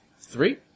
Three